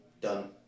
Done